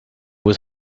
was